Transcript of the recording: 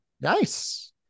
Nice